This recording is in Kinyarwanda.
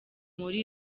muri